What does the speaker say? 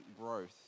growth